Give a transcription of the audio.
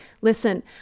listen